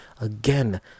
again